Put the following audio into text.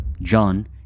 John